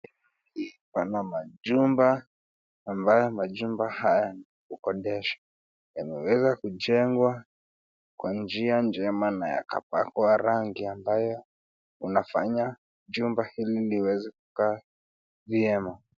Pana majumba ambayo majumba haya ni ya kukodesha. Yameweza kujengwa kwa njia jema na yakapakwa rangi ambayo inafanya jumba hili liweze kukaa vyema.